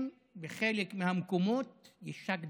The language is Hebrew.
ובחלק מהמקומות על פיהם יישק דבר.